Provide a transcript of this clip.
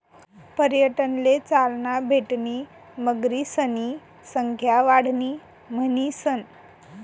पर्यटनले चालना भेटणी मगरीसनी संख्या वाढणी म्हणीसन